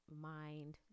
mind